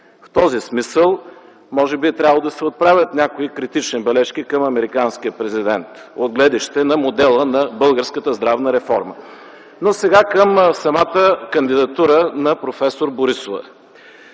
В този смисъл може би трябва да се отправят някакви критични бележки към американския президент от гледна точка модела на българската здравна реформа. Но сега към самата кандидатура на проф. Борисова.